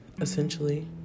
essentially